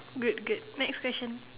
good good next question